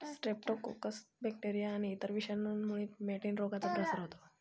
Streptococcus bacteria आणि इतर विषाणूंमुळे मॅटिन रोगाचा प्रसार होतो